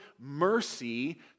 mercy